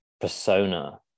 persona